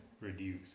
reduce